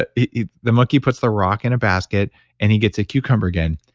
ah the the monkey puts the rock in a basket and he gets a cucumber again.